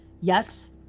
yes